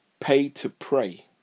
pay-to-pray